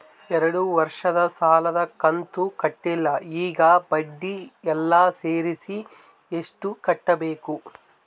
ಎರಡು ವರ್ಷದ ಸಾಲದ ಕಂತು ಕಟ್ಟಿಲ ಈಗ ಬಡ್ಡಿ ಎಲ್ಲಾ ಸೇರಿಸಿ ಎಷ್ಟ ಕಟ್ಟಬೇಕು?